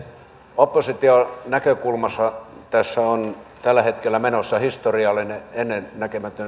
opposition näkökulmasta tässä on tällä hetkellä menossa historiallinen ennennäkemätön sotku